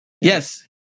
Yes